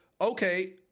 okay